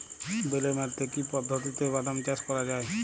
বেলে মাটিতে কি পদ্ধতিতে বাদাম চাষ করা যায়?